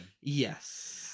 yes